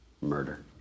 Murder